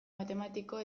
matematikok